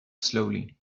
slowly